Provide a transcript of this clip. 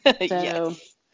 Yes